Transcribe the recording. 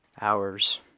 Hours